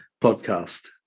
podcast